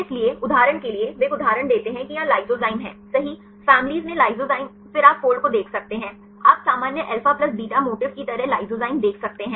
इसलिए उदाहरण के लिए वह एक उदाहरण देते हैं कि यहां लाइसोजाइम हैसही फैमिलीज़ में लाइसोजाइम फिर आप फोल्ड को देख सकते हैं आप सामान्य अल्फा प्लस बीटा मोटिफ की तरह लाइसोजाइम देख सकते हैं